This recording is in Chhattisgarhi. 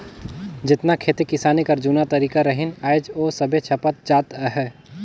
जेतना खेती किसानी कर जूना तरीका रहिन आएज ओ सब छपत जात अहे